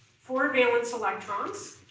four valence electrons.